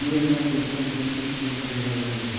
निवेशक संग जोखिम सेहो जुड़ल रहै छै